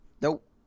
Nope